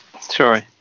Sorry